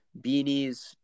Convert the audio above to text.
beanies